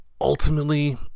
ultimately